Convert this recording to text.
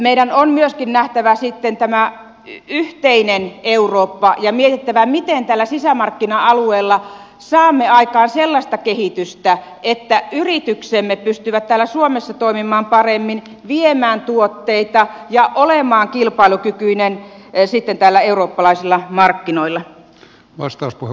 meidän on myöskin nähtävä sitten tämä yhteinen eurooppa ja mietittävä miten tällä sisämarkkina alueella saamme aikaan sellaista kehitystä että yrityksemme pystyvät täällä suomessa toimimaan paremmin viemään tuotteita ja olemaan kilpailukykyisiä täällä eurooppalaisilla markkinoilla